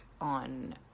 on